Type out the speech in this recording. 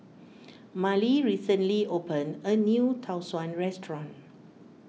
Marley recently opened a new Tau Suan restaurant